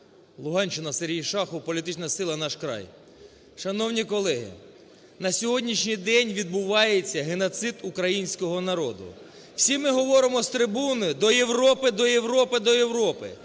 Луганщина, Сергій Шахов, політична сила "Наш край". Шановні колеги! На сьогоднішній день відбувається геноцид українського народу. Всі ми говоримо з трибуни: до Європи, до Європи, до Європи!